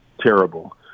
terrible